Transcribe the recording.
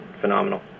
phenomenal